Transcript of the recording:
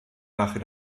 nach